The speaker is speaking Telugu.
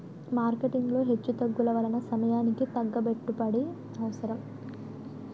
మార్కెటింగ్ లో హెచ్చుతగ్గుల వలన సమయానికి తగ్గ పెట్టుబడి అవసరం